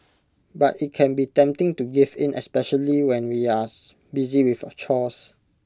but IT can be tempting to give in especially when we as busy with chores